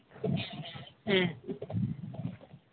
ᱦᱮᱸ